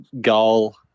goal